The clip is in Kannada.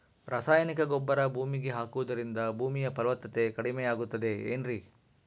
ರಾಸಾಯನಿಕ ಗೊಬ್ಬರ ಭೂಮಿಗೆ ಹಾಕುವುದರಿಂದ ಭೂಮಿಯ ಫಲವತ್ತತೆ ಕಡಿಮೆಯಾಗುತ್ತದೆ ಏನ್ರಿ?